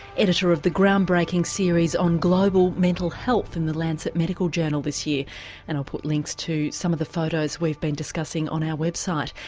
editor of the ground breaking series on global mental health in the lancet medical journal this year and i'll put links to some of the photos we've been discussing on our website.